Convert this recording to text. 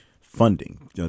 funding